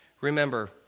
Remember